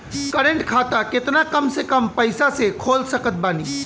Current खाता केतना कम से कम पईसा से खोल सकत बानी?